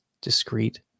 discrete